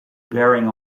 bearing